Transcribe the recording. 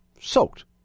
soaked